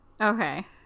okay